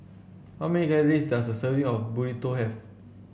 how many calories does a serving of Burrito have